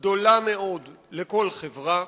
גדולה מאוד לכל חברה.